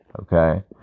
Okay